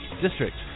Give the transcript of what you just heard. district